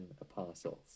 apostles